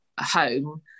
home